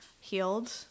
Healed